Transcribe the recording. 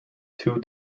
two